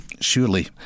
surely